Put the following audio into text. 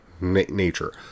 nature